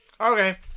Okay